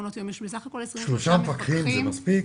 שלושה מפקחים זה מספיק?